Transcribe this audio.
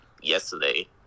yesterday